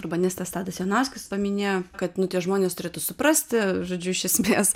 urbanistas tadas janauskas paminėjo kad nu tie žmonės turėtų suprasti žodžiu iš esmės